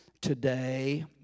today